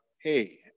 hey